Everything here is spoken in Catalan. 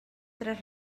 tres